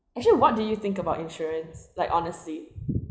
actually what do you think about insurance like honestly